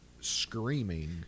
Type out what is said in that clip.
screaming